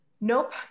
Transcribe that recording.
Nope